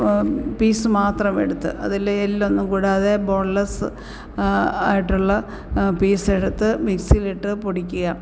piece മാത്രം എടുത്ത് അതില് എല്ലൊന്നുംകൂടാതെ ബോൺ ലെസ്സ് ആയിട്ടുള്ള പീസെടുത്ത് മിക്സിയിലിട്ട് പൊടിക്കുക